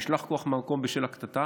נשלח כוח למקום בשל הקטטה,